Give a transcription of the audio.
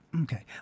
okay